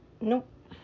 Nope